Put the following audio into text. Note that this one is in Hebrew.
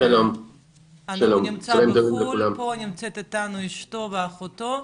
פה נמצאת איתנו אשתו ואחותו.